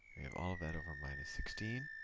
we have all of that over minus sixteen.